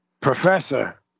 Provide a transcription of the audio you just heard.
Professor